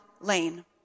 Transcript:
lane